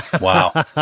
wow